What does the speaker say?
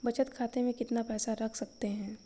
बचत खाते में कितना पैसा रख सकते हैं?